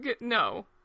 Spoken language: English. no